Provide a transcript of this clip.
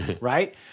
right